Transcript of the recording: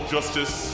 Justice